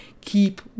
keep